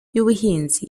y’ubuhinzi